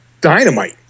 dynamite